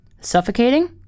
Suffocating